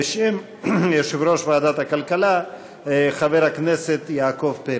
בשם יושב-ראש ועדת הכלכלה, חבר הכנסת יעקב פרי.